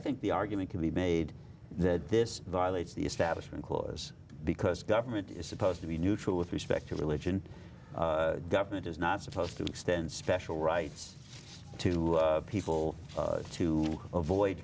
think the argument can be made that this violates the establishment clause because government is supposed to be neutral with respect to religion government is not supposed to extend special rights to people to avoid